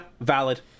valid